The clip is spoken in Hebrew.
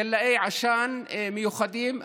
גלאי עשן מיוחדים.